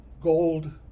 gold